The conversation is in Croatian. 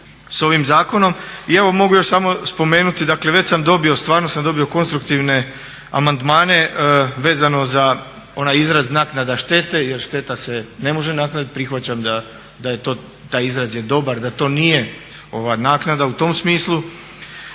s ovim zakonom i evo mogu još samo spomenuti, dakle već sam dobio, stvarno sam dobio konstruktivne amandmane vezano za onaj izraz naknada štete jer šteta se ne može nadoknaditi, prihvaćam da je to, taj izraz je dobar da to nije naknada u tom smislu.